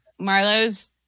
marlo's